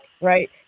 right